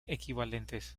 equivalentes